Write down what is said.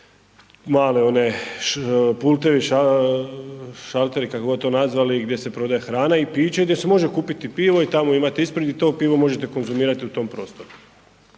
one pultevi, šalteri, kako god to nazvali, gdje se prodaje hrana i piće, gdje se može kupiti pivo i tamo imate ispred i to pivo možete konzumirati u tom prostoru,